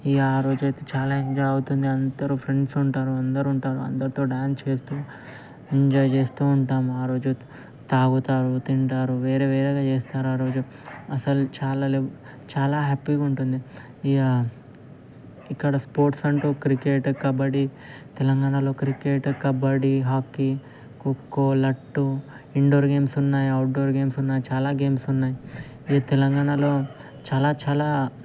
ఇంకా ఆ రోజు చాలా ఎంజాయ్ అవుతుంది అందరు ఫ్రెండ్స్ ఉంటారు అందరు ఉంటారు అందరితో డాన్స్ చేస్తు ఎంజాయ్ చేస్తు ఉంటాము ఆ రోజు తాగుతారు తింటారు వేరే వేరే చేస్తారు ఆ రోజు అసలు చాలా చాలా హ్యాపీగా ఉంటుంది ఇక ఇక్కడ స్పోర్ట్స్ అంటే క్రికెట్ కబడ్డీ తెలంగాణలో క్రికెట్ కబడ్డీ హాకీ ఖోఖో లట్టు ఇన్డోర్ గేమ్స్ ఉన్నాయి అవుట్డోర్ గేమ్స్ ఉన్నాయి చాలా గేమ్స్ ఉన్నాయి ఈ తెలంగాణలో చాలా చాలా